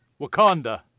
Wakanda